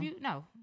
no